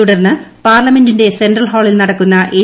തുടർന്ന് പാർലമെന്റിന്റെ സെൻട്രൽ ഹാളിൽ നടക്കുന്ന എൻ